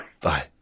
bye